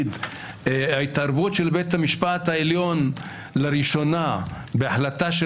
ההתערבות של בית המשפט העליון לראשונה בהחלטה של